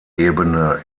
ebene